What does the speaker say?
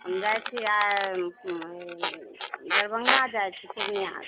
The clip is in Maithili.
हम जाइत छी आइ दरभङ्गा जाइत छी पूर्णियासँ